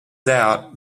doubt